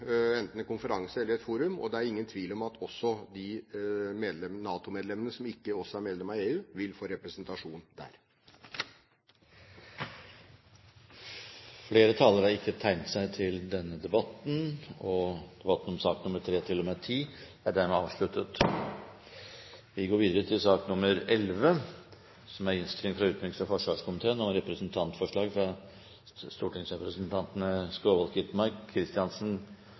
enten en konferanse eller et forum – og det er ingen tvil om at også de NATO-medlemmene som ikke er medlem av EU, vil få representasjon der. Flere har ikke bedt om ordet til sakene nr. 3–10. Etter ønske fra utenriks- og forsvarskomiteen vil presidenten foreslå at taletiden begrenses til 40 minutter og fordeles med inntil 5 minutter til